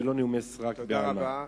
ולא נאומי סרק בעלמא.